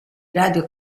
radio